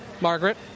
Margaret